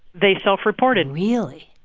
they self-reported really?